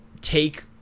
take